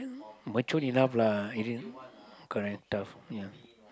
mature enough lah as in correct tough ya